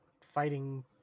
fighting